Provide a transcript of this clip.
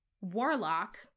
Warlock